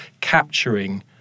capturing